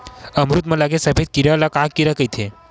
अमरूद म लगे सफेद कीरा ल का कीरा कइथे?